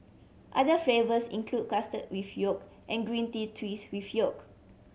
other flavours include custard with yolk and green tea twist with yolk